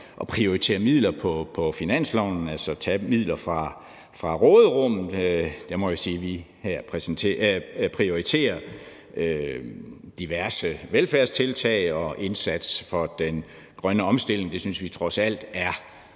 at prioritere midler på finansloven, altså tage midler fra råderummet. Der må jeg sige, at vi her prioriterer diverse velfærdstiltag og indsatsen for den grønne omstilling. Det synes vi trods alt er